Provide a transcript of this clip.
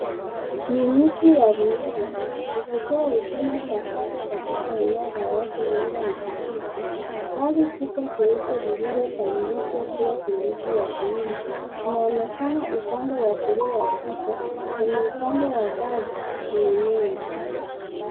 Kliniki ya rununu ikitoa huduma za afya katika eneo la wazi labda ni kijiji. Gari kubwa jeupe lililobadilishwa kuwa kliniki ya rununu inaonekana upande wa kulia wa picha. Kwenye upande wa gari kuna nembo.